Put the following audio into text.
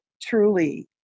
truly